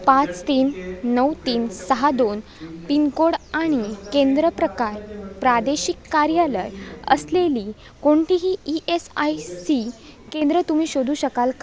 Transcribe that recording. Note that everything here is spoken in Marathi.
पाच तीन नऊ तीन सहा दोन पिनकोड आणि केंद्र प्रकार प्रादेशिक कार्यालय असलेली कोणतीही ई एस आय सी केंद्रं तुम्ही शोधू शकाल का